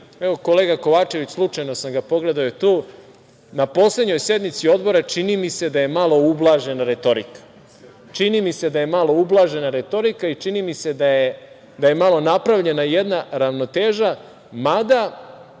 evo, kolega Kovačević, slučajno sam ga pogledao, je tu, na poslednjoj sednici Odbora čini mi se da je malo ublažena retorika, čini mi se da je malo ublažena retorika i čini mi se da je malo napravljena jedna ravnoteža, mada